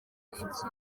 ikirezi